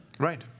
Right